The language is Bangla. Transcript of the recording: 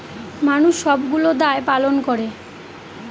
মানুষ সবগুলো দায় পালন করে